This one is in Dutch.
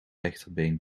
rechterbeen